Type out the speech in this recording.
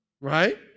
Right